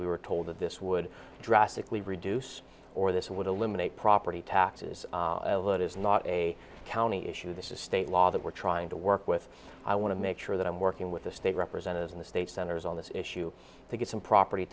we were told that this would drastically reduce or this would eliminate property taxes well that is not a county issue this is state law that we're trying to work with i want to make sure that i'm working with the state representatives in the state centers on this issue to get some property